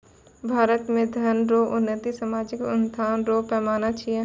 भारत मे धन रो उन्नति सामाजिक उत्थान रो पैमाना छिकै